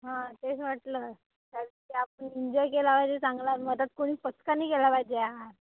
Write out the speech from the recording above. हा तेच म्हटलं तर ते आपण एन्जॉय केला पाहिजे चांगला मध्येच कोणी पचका नाही केला पाहिजे यार